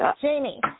Jamie